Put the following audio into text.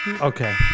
Okay